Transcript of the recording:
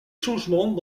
changements